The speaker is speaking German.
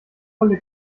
volle